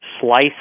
slice